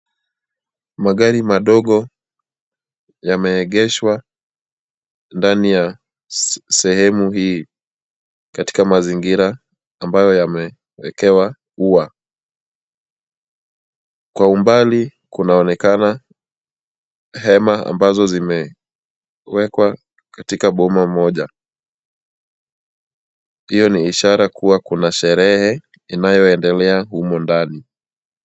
Magari madogo yameegeshwa ndani ya sehemu hii, katika mazingira ambayo yamewekewa ua. Kwa umbali kunaonekana hema ambazo zimewekwa katika boma moja. Hio ni ishara kuwa kuna sherehe inayoendelea humo ndani.